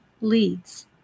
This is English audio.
leads